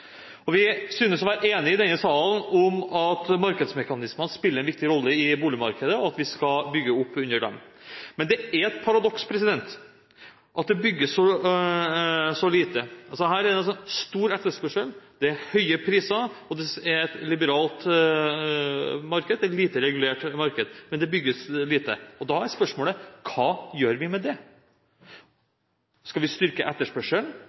nybygging. Vi synes å være enige i denne salen om at markedsmekanismer spiller en viktig rolle i boligmarkedet, og at vi skal bygge opp under dem. Men det er et paradoks at det bygges så lite. Her er det stor etterspørsel, det er høye priser og det er et liberalt marked – et lite regulert marked – men det bygges lite. Da er spørsmålet: Hva gjør vi med det? Skal vi styrke etterspørselen,